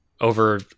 over